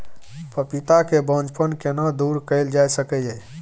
पपीता के बांझपन केना दूर कैल जा सकै ये?